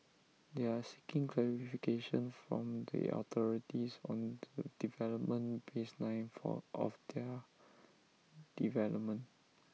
they are seeking clarification from the authorities on the development baseline of their development